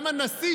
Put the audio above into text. גם הנשיא,